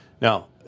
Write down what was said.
Now